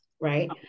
Right